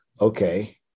okay